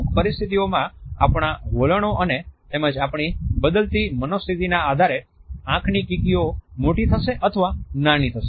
અમુક પરિસ્થિતિઓમાં આપણા વલણો અને તેમજ આપણી બદલતી મનોસ્થિતિના આધારે આંખની કીકીઓ મોટી થશે અથવા નાની થશે